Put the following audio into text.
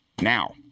now